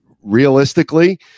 realistically